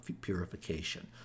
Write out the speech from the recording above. purification